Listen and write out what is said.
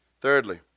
Thirdly